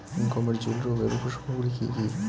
গমের ঝুল রোগের উপসর্গগুলি কী কী?